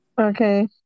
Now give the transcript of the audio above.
Okay